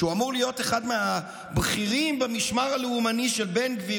שהוא אמור להיות אחד מהבכירים במשמר הלאומני של בן גביר.